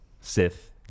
Sith